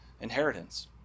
inheritance